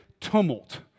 tumult